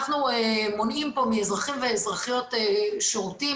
אנחנו מונעים פה מאזרחים ומאזרחיות שירותים.